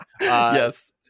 yes